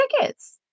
tickets